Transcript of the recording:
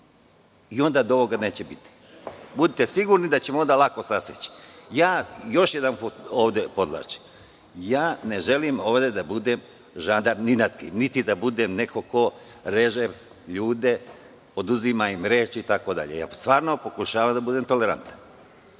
i onda ovoga neće biti. Budite sigurni da ćemo onda lako saseći. Još jedanput podvlačim, ja ne želim ovde da budem žandarm ni nad kim, niti da budem neko ko reže ljude, oduzima im reč. Stvarno pokušavam da budem tolerantan,